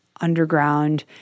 underground